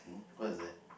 what is that